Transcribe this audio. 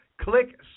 Click